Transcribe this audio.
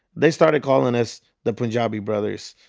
they started calling us the punjabi brothers,